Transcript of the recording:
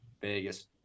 Vegas